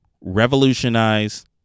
revolutionize